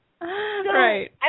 Right